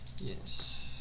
Yes